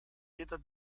jeder